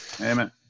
Amen